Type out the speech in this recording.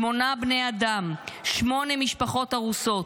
שמונה בני אדם, שמונה משפחות הרוסות.